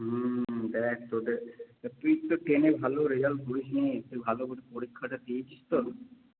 হুম দেখ তোদের তুই তো কিন্তু টেনে ভালো রেজাল্ট করিস নি তুই ভালো করে পরীক্ষাটা দিয়েছিস তো